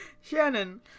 shannon